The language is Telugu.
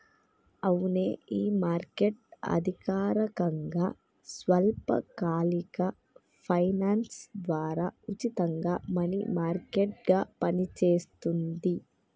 అవునే ఈ మార్కెట్ అధికారకంగా స్వల్పకాలిక ఫైనాన్స్ ద్వారా ఉచితంగా మనీ మార్కెట్ గా పనిచేస్తుంది